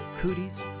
cooties